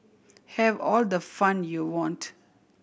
have all the fun you want